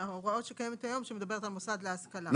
ההוראה שקיימת היום, שמדברת על מוסד להשכלה.